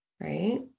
right